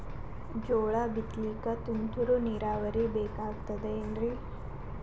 ಜೋಳ ಬಿತಲಿಕ ತುಂತುರ ನೀರಾವರಿ ಬೇಕಾಗತದ ಏನ್ರೀ?